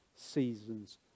seasons